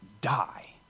die